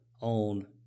on